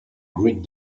great